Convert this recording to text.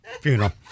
funeral